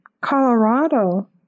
Colorado